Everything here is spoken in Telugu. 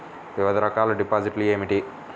వివిధ రకాల డిపాజిట్లు ఏమిటీ?